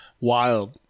Wild